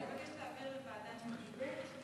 אני מבקשת להעביר לוועדת הפנים.